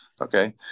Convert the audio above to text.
Okay